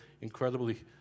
incredibly